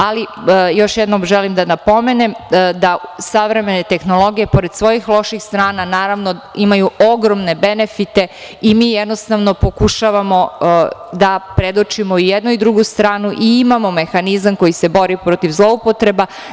Ali, još jednom želim da napomenem da savremene tehnologije, pored svojih loših strana, naravno, imaju ogromne benefite, i mi jednostavno pokušavamo da predočimo jednu i drugu stranu i imamo mehanizam koji se bori protiv zloupotreba.